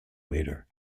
waiter